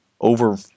over